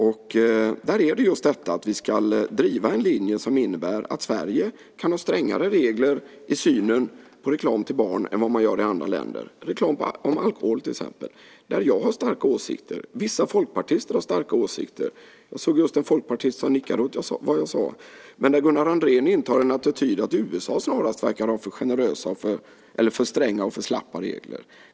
Det gäller just detta att vi ska driva en linje som innebär att Sverige kan ha strängare regler i synen på reklam till barn än vad man har i andra länder. Det gäller också till exempel reklam om alkohol, där jag har starka åsikter. Vissa folkpartister har också starka åsikter om detta. Jag såg just en folkpartist som nickade åt vad jag sade här. Men Gunnar Andrén intar en attityd som snarast innebär att USA verkar ha för stränga eller för slappa regler.